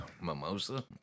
Mimosa